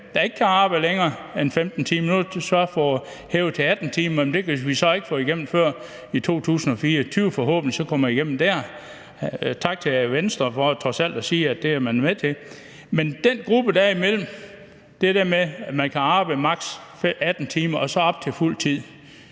der ikke kan arbejde længere end 15 timer – nu har vi så fået hævet det til 18 timer, men det kan vi ikke få igennem før i 2024, og forhåbentlig kommer det igennem dér. Og tak til Venstre for trods alt at sige, at det er man med til. Men den gruppe, der er derimellem – dem, der kan arbejde maks. 18 timer, og så op til dem,